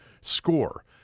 score